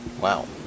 Wow